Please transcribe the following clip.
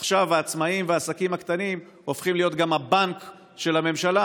עכשיו העצמאים והעסקים הקטנים הופכים להיות גם הבנק של הממשלה,